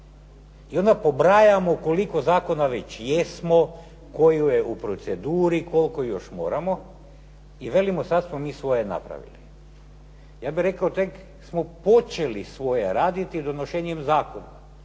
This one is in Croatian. i onda pobrajamo koliko zakona već jesmo, koji je u proceduri, koliko ih još moramo. I velimo sad smo mi svoje napravili. Ja bih rekao tek smo počeli svoje raditi donošenjem zakona